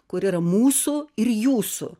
kur yra mūsų ir jūsų